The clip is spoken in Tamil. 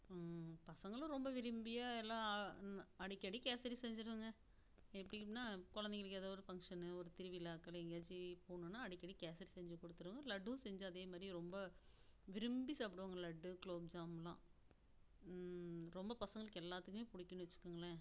பசங்களும் ரொம்ப விரும்பியே எல்லாம் அடிக்கடி கேசரி செஞ்சுருவங்க எப்படியும்னா குழந்தைங்களுக்கு ஏதோ ஒரு ஃபங்க்ஷனு ஒரு திருவிழாக்கள் எங்கேயாச்சி போகணுன்னா அடிக்கடி கேசரி செஞ்சு கொடுத்துருவேன் லட்டும் செஞ்சு அதேமாதிரி ரொம்ப விரும்பி சாப்பிடுவாங்க லட்டு குலோப்ஜாமுன்லாம் ரொம்ப பசங்களுக்கு எல்லாத்துக்கும் பிடிக்குன்னு வச்சுக்கோங்களேன்